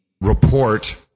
report